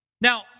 Now